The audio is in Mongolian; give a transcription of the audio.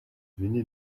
миний